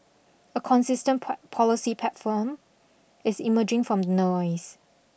a consistent policy platform is emerging from noise